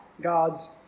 God's